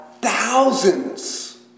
thousands